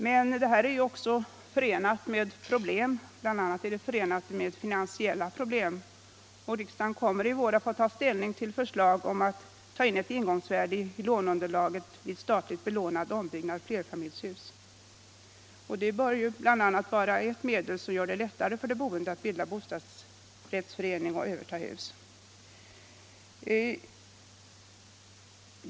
Men det är också förenat med problem, bl.a. finansiella sådana. Riksdagen kommer i vår att få ta ställning till förslag om att ta in ett ingångsvärde i låneunderlaget vid statligt belånad ombyggnad av flerfamiljshus. Det bör göra det lättare för de boende att bilda bostadsrättsförening och överta hus.